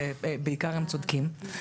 שהם בעיקר צודקים.